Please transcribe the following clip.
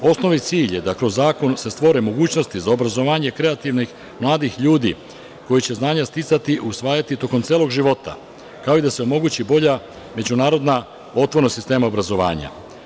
Osnovni cilj je da se kroz zakon stvore mogućnosti za obrazovanje kreativnih mladih ljudi, koji će znanja sticati, usvajati tokom celog života, kao i da se omogući bolja međunarodna otvorenost sistema obrazovanja.